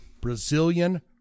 brazilian